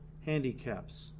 handicaps